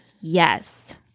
Yes